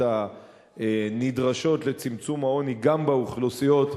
הנדרשות לצמצום העוני גם באוכלוסיות הללו.